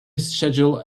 schedule